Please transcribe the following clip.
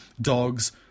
dogs